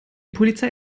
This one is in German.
polizei